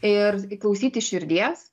ir klausyti širdies